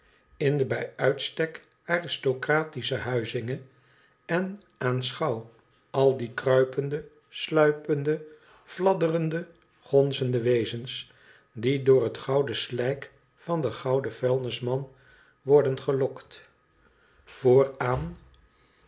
in de bij uitstek aristocratische huizinge en aanschouw al die kruipende sluipende fladderende gonzende wezens die door het gouden slijk van den gouden vuilnisman worden gelokt vooraan